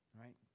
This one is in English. Right